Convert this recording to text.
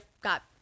got